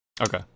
okay